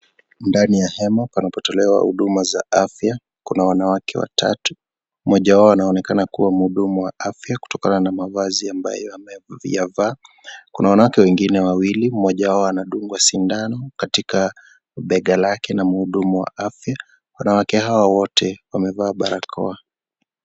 Ndani ya hema panapotolewa huduma za afya kuna wanawake watatu. Mmoja wao anaoonekana kuwa muhudumu wa afya kutokana na mavazi ambayo ameyavaa. Kuna wanawake wengine wawili mmoja wao anadungwa sindano katika bega lake na muhudumu wa afya. Wanawake hawa wote wamevaa barakoa.